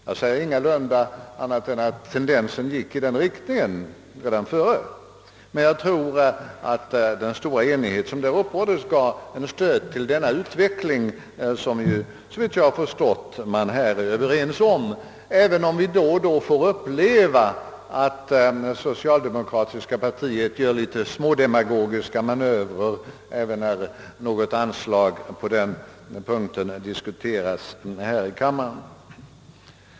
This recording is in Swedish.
Jag säger ingalunda någonting annat än att tendensen redan tidigare gick i den riktningen, men jag tror att den stora enighet som där uppnåddes gav en stöt till denna utveckling, som man — såvitt jag har förstått — nu är överens om; låt vara att vi då och då får uppleva att socialdemokratiska partiet gör litet smådemagogiska manövrer när något anslag på den punkten diskuteras här i kammaren.